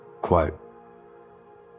Quote